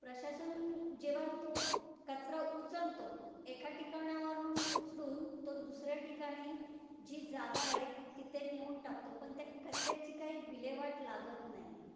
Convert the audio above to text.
प्रशासन जेव्हा तो कचरा उचलतो एका ठिकाणावरणून उचलून तो दुसऱ्या ठिकाणी जी जागा आहे तिथे नेवून टाकतो पण त्या कचऱ्याची काही विल्हेवाट लागत नाही आहे